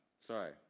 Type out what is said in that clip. sorry